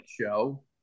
show